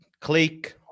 click